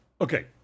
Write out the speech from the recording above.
Okay